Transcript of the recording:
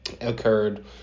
occurred